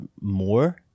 more